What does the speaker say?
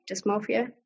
dysmorphia